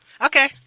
Okay